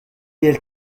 elle